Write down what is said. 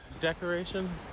Decoration